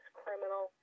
criminal